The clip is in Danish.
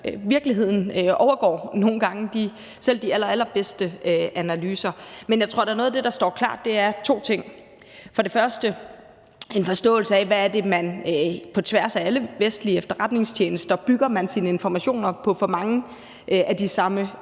Virkeligheden overgår nogle gange selv de allerallerbedste analyser. Men jeg tror, at noget af det, der står klart, er to ting. Den ene ting er en forståelse af, hvad man på tværs af alle vestlige efterretningstjenester bygger sine informationer på: Bygger man sine